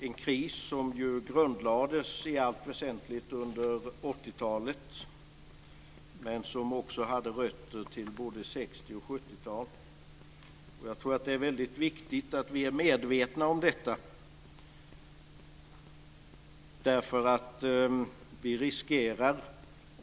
Den krisen grundlades i allt väsentligt under 80-talet, men den hade också rötter både i 60 och 70-talet. Jag tror att det är väldigt viktigt att vi är medvetna om detta.